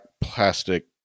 plastic